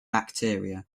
bacteria